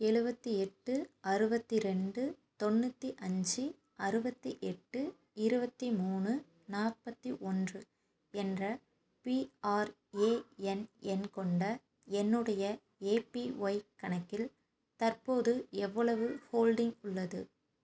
எழுவத்தி எட்டு அறுபத்தி ரெண்டு தொண்ணூற்றி அஞ்சு அறுபத்தி எட்டு இருபத்தி மூணு நாற்பத்தி ஒன்று என்ற பிஆர்ஏஎன் எண் கொண்ட என்னுடைய ஏபிஒய் கணக்கில் தற்போது எவ்வளவு ஹோல்டிங் உள்ளது